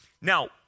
Now